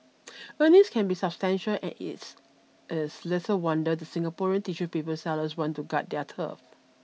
earnings can be substantial and it's is little wonder the Singaporean tissue paper sellers want to guard their turf